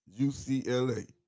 UCLA